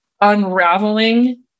unraveling